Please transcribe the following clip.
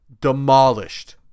demolished